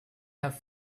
have